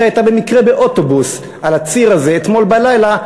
שהייתה במקרה באוטובוס על הציר הזה אתמול בלילה,